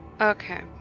Okay